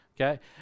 Okay